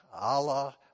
Allah